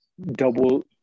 double